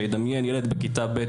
שידמיין ילד בכיתה ב',